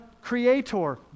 creator